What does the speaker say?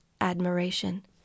admiration